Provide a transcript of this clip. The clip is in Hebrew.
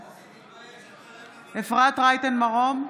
בעד אפרת רייטן מרום,